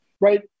right